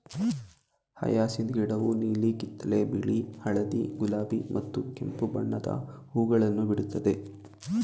hyacinth ಗಿಡವು ನೀಲಿ, ಕಿತ್ತಳೆ, ಬಿಳಿ, ಹಳದಿ, ಗುಲಾಬಿ ಮತ್ತು ಕೆಂಪು ಬಣ್ಣದ ಹೂಗಳನ್ನು ಬಿಡುತ್ತದೆ